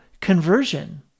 conversion